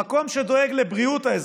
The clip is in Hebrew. המקום שדואג לבריאות האזרחים,